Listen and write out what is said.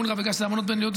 בגלל שאלה אמנות בין-לאומיות,